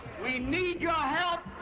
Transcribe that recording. we need your help.